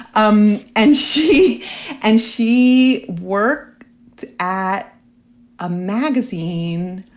um and she and she worked at a magazine,